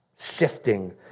Sifting